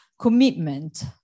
commitment